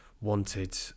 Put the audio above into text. wanted